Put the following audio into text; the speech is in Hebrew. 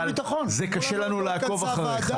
פשוט קשה לנו לעקוב אחריך.